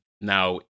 now